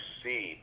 see